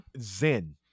zen